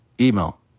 email